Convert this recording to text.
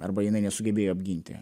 arba jinai nesugebėjo apginti